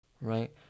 right